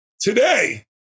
today